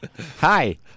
Hi